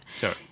Sorry